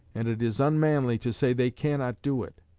and it is unmanly to say they cannot do it.